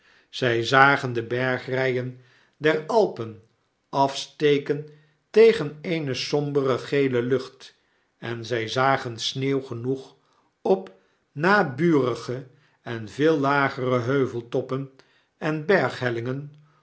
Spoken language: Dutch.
zg zagen de bergrgen der alpen afsteken tegen eene sombere gele lucht en zij zagen sneeuw genoeg op naburige en veel lager heuveltoppen en